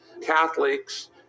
Catholics